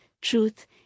truth